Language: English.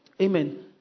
Amen